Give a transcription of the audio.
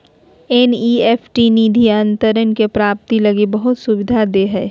NEFT निधि अंतरण के प्राप्ति लगी बहुत सुविधा दे हइ